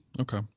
okay